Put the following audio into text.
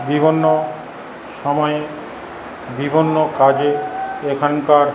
বিভিন্ন সময়ে বিভিন্ন কাজে এখানকার